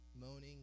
moaning